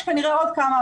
יש כנראה עוד כמה,